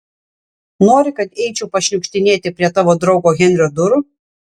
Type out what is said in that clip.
nori kad eičiau pašniukštinėti prie tavo draugo henrio durų